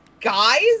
guys